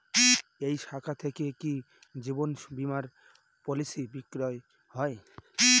এই শাখা থেকে কি জীবন বীমার পলিসি বিক্রয় হয়?